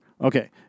okay